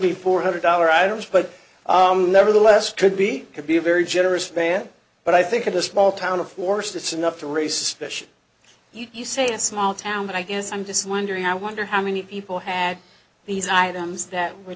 me four hundred dollar items but nevertheless could be could be a very generous span but i think in a small town of course it's enough to raise suspicion you say a small town but i guess i'm just wondering i wonder how many people had these items that we're